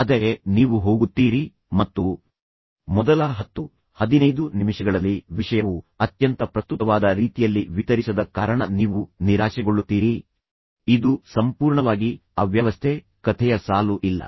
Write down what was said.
ಆದರೆ ನೀವು ಹೋಗುತ್ತೀರಿ ಮತ್ತು ಮೊದಲ 10 15 ನಿಮಿಷಗಳಲ್ಲಿ ವಿಷಯವು ಅತ್ಯಂತ ಪ್ರಸ್ತುತವಾದ ರೀತಿಯಲ್ಲಿ ವಿತರಿಸದ ಕಾರಣ ನೀವು ನಿರಾಶೆಗೊಳ್ಳುತ್ತೀರಿ ಇದು ಸಂಪೂರ್ಣವಾಗಿ ಅವ್ಯವಸ್ಥೆ ಕಥೆಯ ಸಾಲು ಇಲ್ಲ